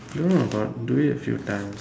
don't know about do it a few times